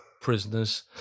prisoners